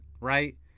right